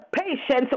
patience